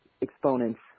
exponents